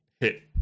hit